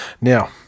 Now